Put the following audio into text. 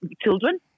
children